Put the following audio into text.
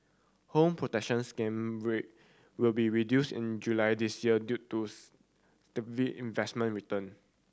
Home Protection Scheme rate will be reduced in July this year due to investment return